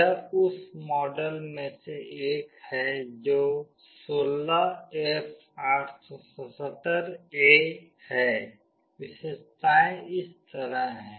यह उस मॉडल में से एक है जो 16F877A है विशेषताएं इस तरह हैं